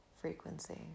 frequency